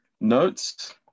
notes